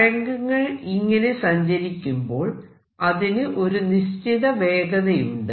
തരംഗങ്ങൾ ഇങ്ങനെ സഞ്ചരിക്കുമ്പോൾ അതിന് ഒരു നിശ്ചിത വേഗതയുണ്ട്